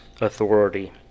authority